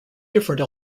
different